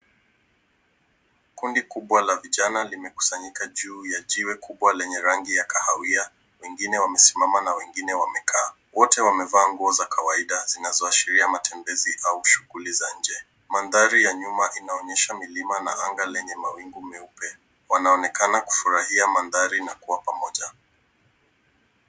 Kundi kubwa la vijana limekusanyika juu ya jiwe kubwa lenye rangi ya kahawia. Wengine wamesimama na wengine wamekaa. Wote wamevaa nguo za kawaida zinazoashiria matembezi au shughuli za nje. Mandhari ya nyuma inaonyesha milima na anga yenye mawingu meupe. Wanaonekana kufurahia mandhari na kuwa pamoja.